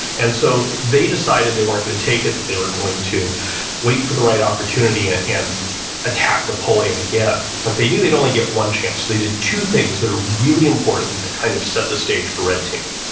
and so, they decided they weren't going to take it, that they were going to wait for the right opportunity and, and attack napoleon again, but they knew they'd only get one chance so, they did two things that are really important that they kind of set the stage for red teaming.